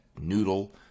noodle